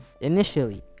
initially